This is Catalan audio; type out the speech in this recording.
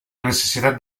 necessitat